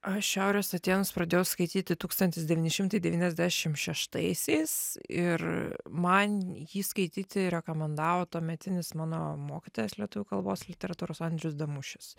aš šiaurės atėnus pradėjau skaityti tūkstantis devyni šimtai devyniasdešim šeštaisiais ir man jį skaityti rekomendavo tuometinis mano mokytojas lietuvių kalbos literatūros andrius damušis